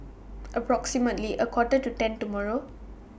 approximately A Quarter to ten tomorrow